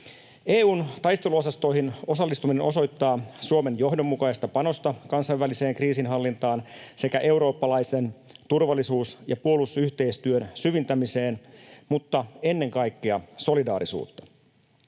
EU:n taisteluosastoihin osallistuminen osoittaa Suomen johdonmukaista panosta kansainväliseen kriisinhallintaan sekä eurooppalaisen turvallisuus- ja puolustusyhteistyön syventämiseen mutta ennen kaikkea solidaarisuutta.